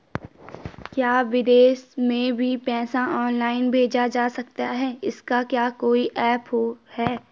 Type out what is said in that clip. क्या विदेश में भी पैसा ऑनलाइन भेजा जा सकता है इसका क्या कोई ऐप है?